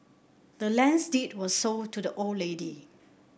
the land's deed was sold to the old lady